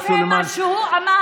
לא יפה מה שהוא אמר.